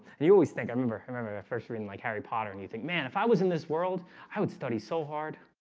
and you always think i remember i remember the first readin like harry potter and you think man if i was in this world i would study so hard.